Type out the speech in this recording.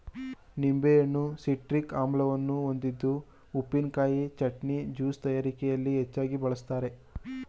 ನಿಂಬೆಹಣ್ಣು ಸಿಟ್ರಿಕ್ ಆಮ್ಲವನ್ನು ಹೊಂದಿದ್ದು ಉಪ್ಪಿನಕಾಯಿ, ಚಟ್ನಿ, ಜ್ಯೂಸ್ ತಯಾರಿಕೆಯಲ್ಲಿ ಹೆಚ್ಚಾಗಿ ಬಳ್ಸತ್ತರೆ